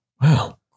wow